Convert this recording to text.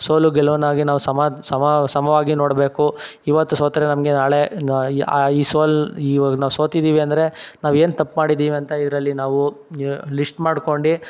ಸೋಲು ಗೆಲುವನ್ನಾಗಿ ನಾವು ಸಮ ಸಮ ಸಮವಾಗಿ ನೋಡಬೇಕು ಇವತ್ತು ಸೋತರೆ ನಮಗೆ ನಾಳೆ ಆ ಈ ಸೋಲು ಇವಾಗ ನಾವು ಸೋತಿದ್ದೀವಿ ಅಂದರೆ ನಾವು ಏನ್ ತಪ್ಪು ಮಾಡಿದೀವಿ ಅಂತ ಇದರಲ್ಲಿ ನಾವು ಲಿಶ್ಟ್ ಮಾಡ್ಕೊಂಡು